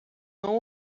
não